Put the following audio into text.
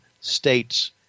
States